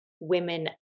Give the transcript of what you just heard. women